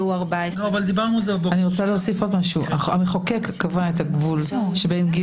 שהוא 14. המחוקק קבע את הגבול של גיל